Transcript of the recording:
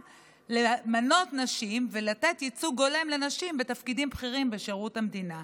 למנות נשים ולתת ייצוג הולם לנשים בתפקידים בכירים בשירות המדינה.